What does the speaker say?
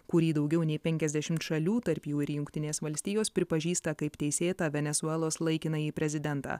kurį daugiau nei penkiasdešimt šalių tarp jų ir jungtinės valstijos pripažįsta kaip teisėtą venesuelos laikinąjį prezidentą